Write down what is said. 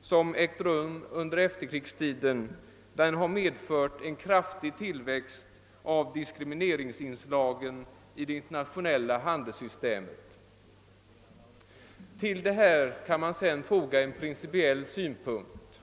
som har ägt rum under efterkrigstiden har medfört en kraftig tillväxt av diskrimineringsinslagen i det internationella handelssystemet. Till detta kan man sedan foga en principiell synpunkt.